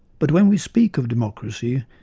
but when we speak of democracy,